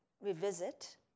revisit